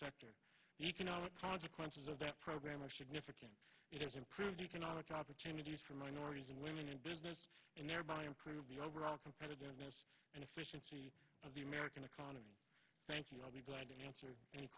sector the economic consequences of that program are significant events improved economic opportunities for minorities and women in business and thereby improve the overall competitiveness and efficiency of the american economy thank you i'll be glad to answer any